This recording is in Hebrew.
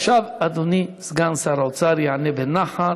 עכשיו אדוני סגן שר האוצר יענה בנחת.